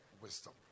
wisdom